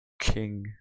king